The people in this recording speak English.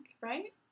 right